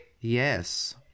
Yes